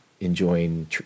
enjoying